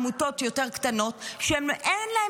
חיות ועד עמותות קטנות יותר, שאין להן